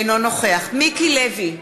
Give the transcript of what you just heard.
אינו נוכח מיקי לוי,